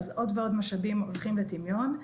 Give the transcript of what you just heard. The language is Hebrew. עוד ועוד משאבים הולכים לטמיון,